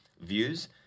views